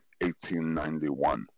1891